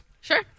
Sure